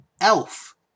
Elf